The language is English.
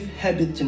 habit